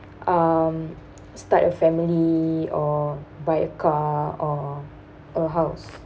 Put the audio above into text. um start a family or buy a car or a house